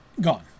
gone